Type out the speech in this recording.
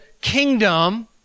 kingdom